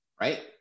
right